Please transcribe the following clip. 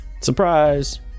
Surprise